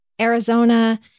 Arizona